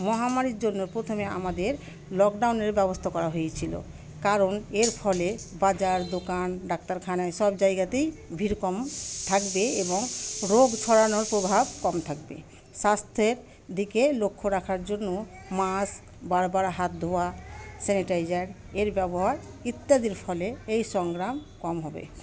মহামারীর জন্য প্রথমে আমাদের লকডাউনের ব্যবস্থা করা হয়েছিলো কারণ এর ফলে বাজার দোকান ডাক্তারখানায় সব জায়গাতেই ভিড় কম থাকবে এবং রোগ ছড়ানোর প্রভাব কম থাকবে স্বাস্থ্যের দিকে লক্ষ্য রাখার জন্য মাস্ক বারবার হাত ধোয়া স্যানিটাইজার এর ব্যবহার ইত্যাদির ফলে এই সংগ্রাম কম হবে